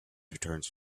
returns